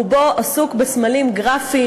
רובו עסוק בסמלים גרפיים,